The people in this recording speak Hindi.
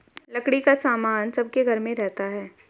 लकड़ी का सामान सबके घर में रहता है